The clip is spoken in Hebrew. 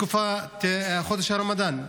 בתקופת חודש הרמדאן.